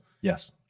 Yes